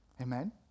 Amen